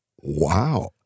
Wow